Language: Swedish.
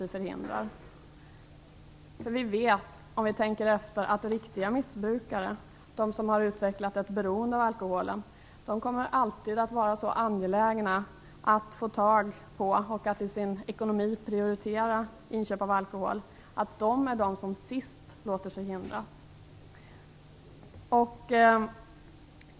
Vi vet, om vi tänker efter, att riktiga missbrukare - de som har utvecklat ett beroende av alkoholen - alltid kommer att vara så angelägna att få tag på och att i sin ekonomi prioritera inköp av alkohol, att de är de som sist låter sig hindras.